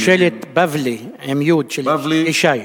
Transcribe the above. ממשלת בבל"י, עם יו"ד, ישי.